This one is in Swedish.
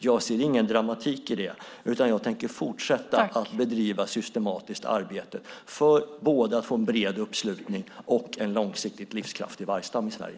Jag ser ingen dramatik i det, utan jag tänker fortsätta att bedriva ett systematiskt arbete för att få både en bred uppslutning och en långsiktigt livskraftig vargstam i Sverige.